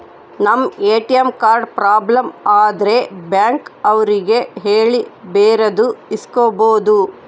ನಮ್ ATM card problem ಆದ್ರೆ bank ಅವ್ರಿಗೆ ಹೇಳಿ ಬೇರೆದು ಇಸ್ಕೊಬೋದು